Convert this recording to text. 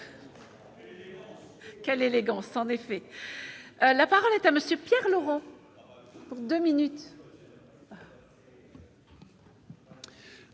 Quelle élégance, en effet, la parole est à monsieur Pierre Laurent pour 2 minutes.